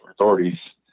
authorities